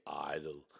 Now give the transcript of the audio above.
idle